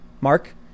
mark